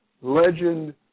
legend